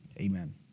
Amen